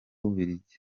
bubiligi